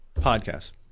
podcast